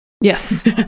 Yes